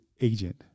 agent